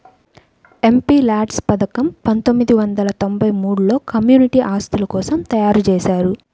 MPLADS పథకం పందొమ్మిది వందల తొంబై మూడులో కమ్యూనిటీ ఆస్తుల కోసం తయ్యారుజేశారు